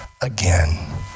again